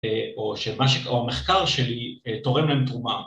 ‫או שהמחקר שלי תורם להם תרומה.